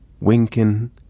winking